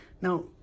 Now